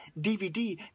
DVD